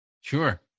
Sure